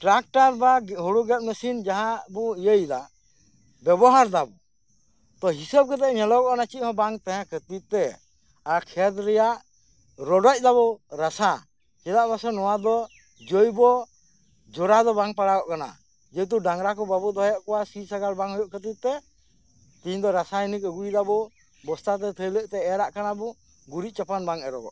tractor ᱵᱟ ᱦᱩᱲᱩ ᱜᱮᱫ ᱢᱮᱹᱥᱤᱱ ᱡᱟᱦᱟᱸ ᱵᱚᱱ ᱤᱭᱟᱹᱭ ᱫᱟ ᱵᱮᱵᱚᱦᱟᱨ ᱫᱟᱵᱚᱱ ᱛᱚ ᱦᱤᱸᱥᱟᱹᱵᱽ ᱠᱟᱛᱮ ᱧᱮᱞᱚᱜ ᱠᱟᱱᱟ ᱪᱮᱫ ᱦᱚᱸ ᱵᱟᱝ ᱛᱟᱦᱮᱸ ᱠᱷᱟᱹᱛᱤᱨ ᱛᱮ ᱟᱨ ᱠᱷᱮᱛ ᱨᱮᱭᱟᱜ ᱨᱚᱰᱚᱡ ᱫᱟᱵᱚ ᱨᱟᱥᱟ ᱪᱮᱫᱟᱜ ᱥᱮ ᱱᱚᱣᱟ ᱫᱚ ᱡᱳᱭᱵᱚ ᱡᱚᱨᱟ ᱫᱚ ᱵᱟᱝ ᱯᱟᱲᱟᱣᱚᱜ ᱠᱟᱱᱟ ᱡᱮᱦᱮᱛᱩ ᱰᱟᱝᱨᱟ ᱠᱚ ᱵᱟᱵᱚᱱ ᱫᱚᱦᱚᱭᱮᱫ ᱠᱚᱣᱟ ᱥᱤ ᱥᱟᱜᱟᱲ ᱵᱟᱝ ᱦᱩᱭᱩᱜ ᱠᱷᱟᱹᱛᱤᱨ ᱛᱮ ᱛᱤᱦᱤᱧ ᱫᱚ ᱨᱟᱥᱟᱭᱱᱤᱠ ᱟᱹᱜᱩᱭ ᱫᱟᱵᱚ ᱵᱚᱥᱛᱟ ᱛᱮ ᱛᱷᱟᱹᱭᱞᱟᱹᱜ ᱛᱮ ᱮᱨᱟᱜ ᱠᱟᱱᱟᱵᱚ ᱜᱩᱨᱤᱪ ᱪᱟᱯᱟᱱ ᱠᱟᱱᱟᱵᱚᱱ ᱜᱩᱨᱤᱡ ᱪᱟᱯᱟᱱ ᱵᱟᱝ ᱮᱨᱚᱜᱚᱜ ᱠᱟᱱᱟ